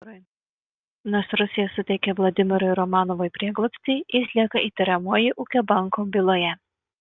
nors rusija suteikė vladimirui romanovui prieglobstį jis lieka įtariamuoju ūkio banko byloje